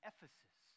Ephesus